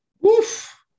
woof